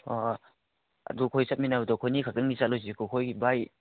ꯍꯣꯏ ꯍꯣꯏ ꯑꯗꯨ ꯑꯩꯈꯣꯏ ꯆꯠꯃꯤꯟꯅꯕꯗꯨ ꯑꯩꯈꯣꯏ ꯑꯅꯤ ꯈꯛꯇꯪꯗꯤ ꯆꯠꯂꯣꯏꯁꯤꯀꯣ ꯑꯩꯈꯣꯏꯒꯤ ꯚꯥꯏ